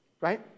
right